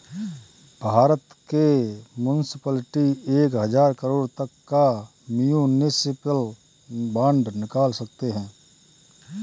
भारत के कुछ मुन्सिपलिटी एक हज़ार करोड़ तक का म्युनिसिपल बांड निकाल सकते हैं